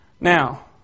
Now